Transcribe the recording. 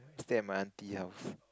stay at my auntie house